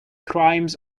crimes